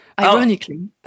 ironically